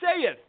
saith